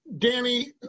Danny